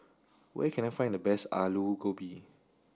where can I find the best Aloo Gobi